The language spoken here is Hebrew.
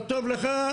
לא טוב לך,